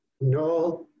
no